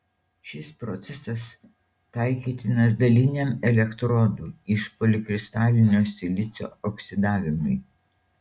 šis procesas taikytinas daliniam elektrodų iš polikristalinio silicio oksidavimui